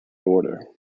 order